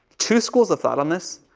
two schools of thought on this.